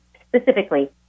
specifically